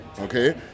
Okay